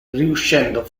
riuscendo